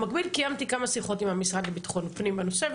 במקביל קיימתי כמה שיחות עם המשרד לביטחון פנים בנושא,